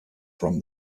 from